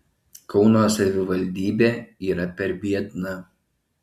kauno savivaldybė yra per biedna